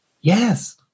Yes